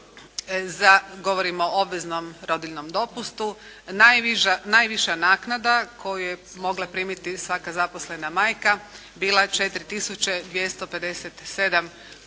govorimo o obveznom rodiljnom dopust najviša naknada koju je mogla primiti svaka zaposlena majka bila 4 tisuće